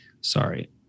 sorry